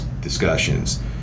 discussions